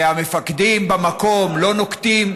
והמפקדים במקום לא נוקפים